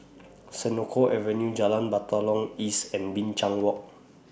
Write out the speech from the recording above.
Senoko Avenue Jalan Batalong East and Binchang Walk